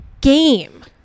game